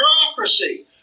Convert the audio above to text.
bureaucracy